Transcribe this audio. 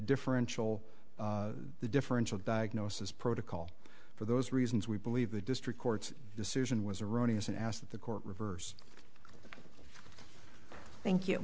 differential the differential diagnosis protocol for those reasons we believe the district court's decision was erroneous and asked that the court reverse thank you